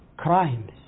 Crimes